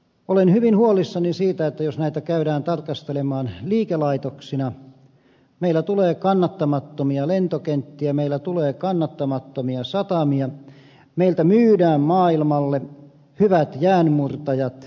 olen hyvin huolissani siitä että jos näitä käydään tarkastelemaan liikelaitoksina meillä tulee kannattamattomia lentokenttiä meillä tulee kannattamattomia satamia meiltä myydään maailmalle hyvät jäänmurtajat